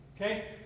Okay